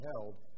held